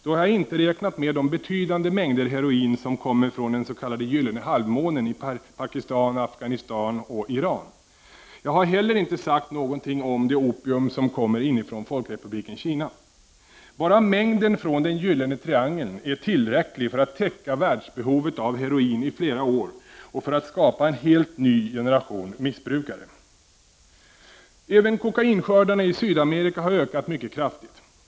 Då har jag inte räknat med de betydande mängder heroin som kommer från den s.k. gyllene halvmånen i Pakistan, Afghanistan och Iran. Jag har inte heller sagt någonting om det opium som kommer inifrån folkrepubliken Kina. Bara mängden från Den gyllene triangeln är tillräcklig för att täcka världsbehovet av heroin i flera år och för att skapa en helt ny generation missbrukare. Även kokainskördarna i Sydamerika har ökat mycket kraftigt.